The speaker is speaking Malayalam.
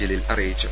ജലീൽ അറിയിച്ചു